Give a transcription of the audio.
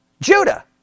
Judah